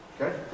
Okay